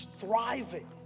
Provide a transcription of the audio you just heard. thriving